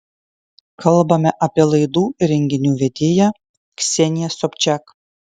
kalbame apie laidų ir renginių vedėja kseniją sobčak